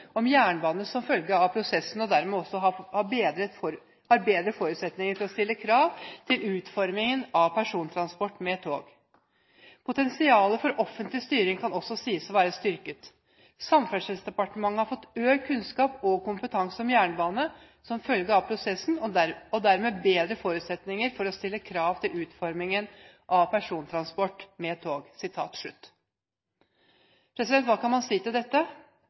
om å redusere kostnader, kombinert med et bedre togtilbud og høyere passasjertall. Gevinstene er oppnådd uten at ansattes arbeidsbetingelser har blitt forverret. Reduserte kostnader, bedre togtilbud og høyere passasjertall er i tråd med europeiske erfaringer. Potensialet for offentlig styring kan også sies å være styrket, siden Samferdselsdepartementet har fått økt kunnskap og kompetanse om jernbane som følge av prosessen og dermed har bedre forutsetninger for å stille krav til utformingen av persontransport med tog.» Hva kan man si til dette?